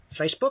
Facebook